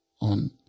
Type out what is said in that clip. on